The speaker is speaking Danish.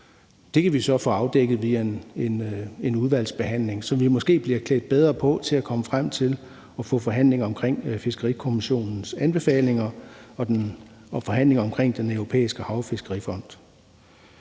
Det kan vi få afdækket via en udvalgsbehandling, så vi måske bliver klædt bedre på til at få forhandlinger om Fiskerikommissionens anbefalinger og forhandlinger om Den Europæiske Hav- og Fiskerifond.